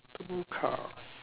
two car